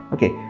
Okay